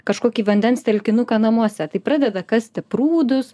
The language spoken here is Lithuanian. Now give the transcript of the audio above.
kažkokį vandens telkinuką namuose tai pradeda kasti prūdus